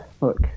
look